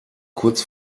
kurz